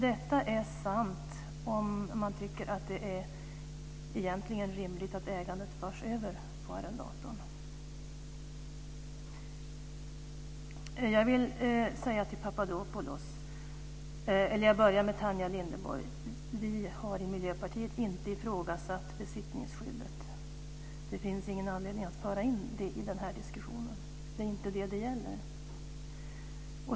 Detta är sant om man tycker att det egentligen är rimligt att ägandet förs över på arrendatorn. Jag vill säga till Tanja Linderborg att vi i Miljöpartiet inte har ifrågasatt besittningsskyddet. Det finns ingen anledning att föra in det i den här diskussionen. Det är inte det det gäller.